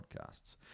podcasts